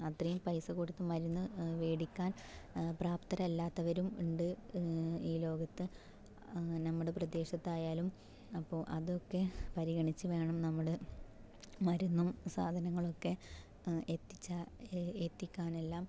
അത്രയും പൈസ കൊടുത്ത് മരുന്ന് വേടിക്കാൻ പ്രാപ്തരല്ലാത്തവരും ഉണ്ട് ഈ ലോകത്ത് നമ്മുടെ പ്രദേശത്ത് ആയാലും അപ്പോൾ അതൊക്കെ പരിഗണിച്ച് വേണം നമ്മൾ മരുന്നും സാധങ്ങളൊക്കെ എത്തിച്ച എത്തിക്കാനെല്ലാം